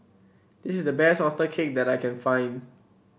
this is the best oyster cake that I can find